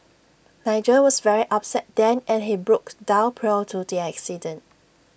Nigel was very upset then and he broke down prior to the accident